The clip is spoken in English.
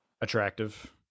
attractive